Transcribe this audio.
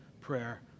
prayer